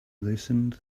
loosened